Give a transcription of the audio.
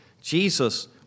Jesus